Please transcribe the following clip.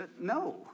No